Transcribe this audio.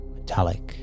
Metallic